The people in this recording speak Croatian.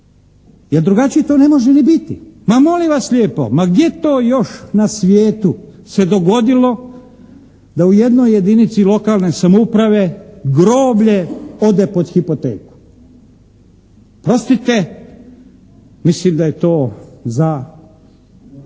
Jer drugačije to ne može ni biti. Pa molim vas lijepo, gdje to još na svijetu se dogodilo da u jednoj jedinici lokalne samouprave groblje ode pod hipoteku. Oprostite, mislim da je to za